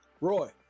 Roy